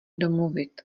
domluvit